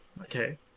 Okay